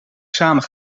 samen